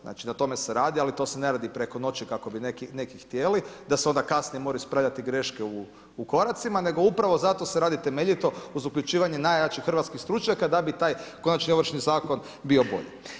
Znači, na tome se radi ali to se ne radi preko noći kako bi neki htjeli da se onda kasnije moraju ispravljati greške u koracima, nego upravo zato se radi temeljito uz uključivanje najjačih hrvatskih stručnjaka da bi taj konačni Ovršni zakon bio bolji.